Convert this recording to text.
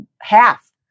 half